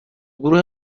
گروه